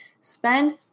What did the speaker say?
spend